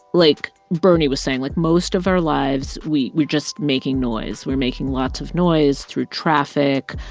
like bernie was saying. like, most of our lives, we're we're just making noise. we're making lots of noise through traffic,